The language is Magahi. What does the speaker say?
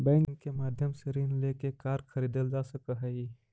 बैंक के माध्यम से ऋण लेके कार खरीदल जा सकऽ हइ